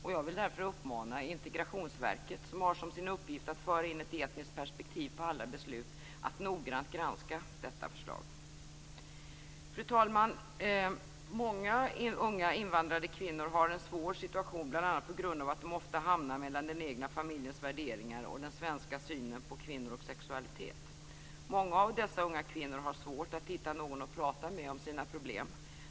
Därför vill jag uppmana Integrationsverket, som har som sin uppgift att föra in ett etniskt perspektiv på alla beslut, att noggrant granska detta förslag. Fru talman! Många unga invandrade kvinnor har en svår situation, bl.a. på grund av att de ofta hamnar mellan den egna familjens värderingar och den svenska synen på kvinnor och sexualitet. Många av dessa unga kvinnor har svårt att hitta någon att prata med om sina problem.